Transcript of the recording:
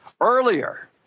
earlier